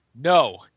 No